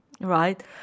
right